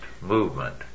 movement